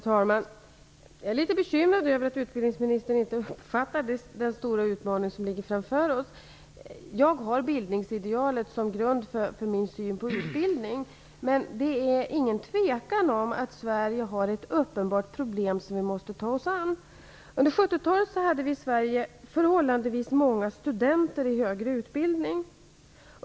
Herr talman! Jag är litet bekymrad över att utbildningsministern inte uppfattar vilken stor utmaning som ligger framför oss. Jag har bildningsidealet som grund för min syn på utbildning, men det är inget tvivel om att Sverige har ett uppenbart problem som vi måste ta oss an. Under 70-talet hade vi i Sverige förhållandevis många studenter i högre utbildning.